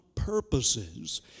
Purposes